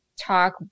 talk